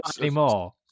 anymore